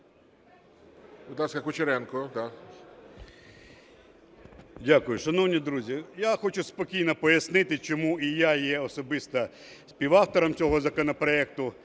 Дякую. Шановні друзі, я хочу спокійно пояснити, чому, і я є особисто співавтором цього законопроекту,